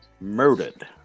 murdered